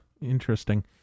Interesting